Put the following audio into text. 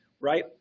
right